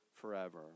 forever